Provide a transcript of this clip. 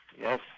Yes